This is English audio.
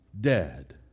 dead